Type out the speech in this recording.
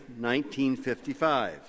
1955